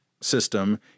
system